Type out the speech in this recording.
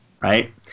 Right